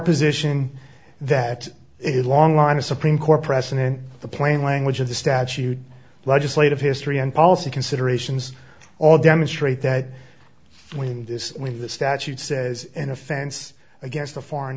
position that is a long line of supreme court precedent the plain language of the statute legislative history and policy considerations all demonstrate that when this when the statute says an offense against a foreign